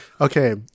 okay